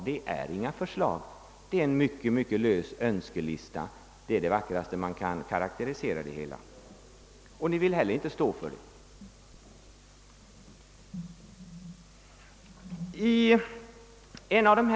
Det är inget förslag. Det är en mycket lös önskelista. Det är det vackraste varmed man kan karakterisera det hela. Ni vill tydligen inte heller stå för det.